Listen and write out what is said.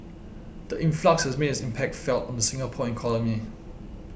the influx has made its impact felt on the Singapore economy